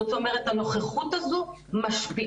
זאת אומרת הזכות הזו משפיעה,